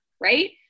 right